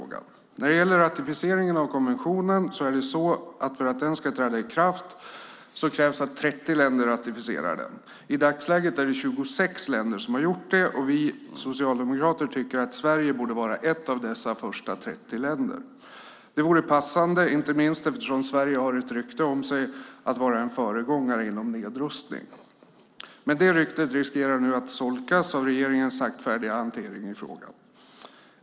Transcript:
När det gäller ratificeringen av konventionen krävs det för att denna ska träda i kraft att 30 länder ratificerar den. I dagsläget är det 26 länder som har gjort det. Vi socialdemokrater tycker att Sverige borde vara ett av dessa första 30 länder. Det vore passande inte minst eftersom Sverige har rykte om sig att vara en föregångare inom nedrustning. Men det ryktet riskerar nu att solkas av regeringens saktfärdiga hantering av frågan.